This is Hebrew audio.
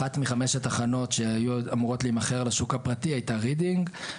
אחת מחמש התחנות שהיו אמורות להימכר לשוק הפרטי הייתה רידינג,